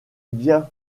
bien